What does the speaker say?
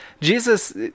Jesus